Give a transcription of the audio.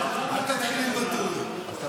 תבטל את הקריאה.